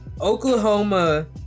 Oklahoma